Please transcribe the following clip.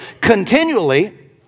continually